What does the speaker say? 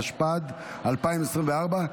התשפ"ד 2024,